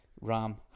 Ram